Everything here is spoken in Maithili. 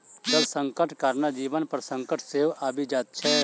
जल संकटक कारणेँ जीवन पर संकट सेहो आबि जाइत छै